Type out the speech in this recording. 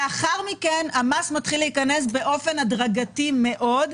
לאחר מכן המס מתחיל להיכנס באופן הדרגתי מאוד,